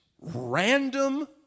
random